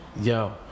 yo